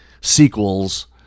sequels